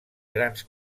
grans